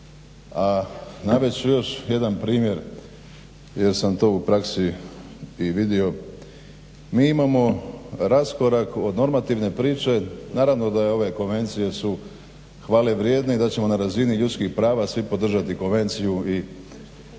A navest ću još jedan primjer jer sam to u praksi i vidio, mi imamo raskorak od normativne priče naravno da ove konvencije su hvale vrijedne i da ćemo na razini ljudskih prava svi podržati konvenciju i